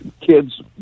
kids